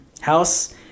house